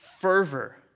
fervor